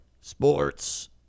Sports